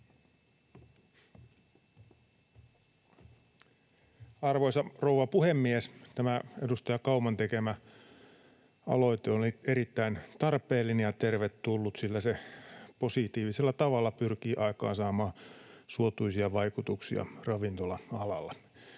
Arvoisa rouva puhemies! Tämä edustaja Kauman tekemä aloite oli erittäin tarpeellinen ja tervetullut, sillä se positiivisella tavalla pyrkii aikaansaamaan suotuisia vaikutuksia ravintola-alalla.